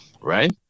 Right